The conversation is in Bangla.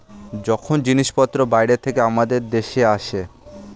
যখন জিনিসপত্র বাইরে থেকে আমাদের দেশে আসে